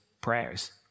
prayers